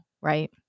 right